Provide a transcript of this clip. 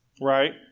right